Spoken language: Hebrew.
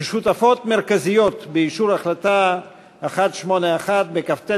כשותפות מרכזיות באישור החלטה 181 בכ"ט